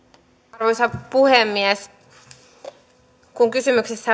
arvoisa puhemies kun kysymyksessä